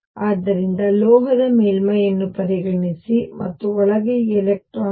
ಆದ್ದರಿಂದ ಲೋಹದ ಮೇಲ್ಮೈಯನ್ನು ಪರಿಗಣಿಸಿ ಮತ್ತು ಒಳಗೆ ಈ ಎಲೆಕ್ಟ್ರಾನ್ಗಳು